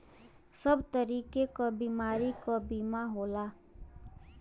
सब तरीके क बीमारी क बीमा होला